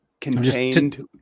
contained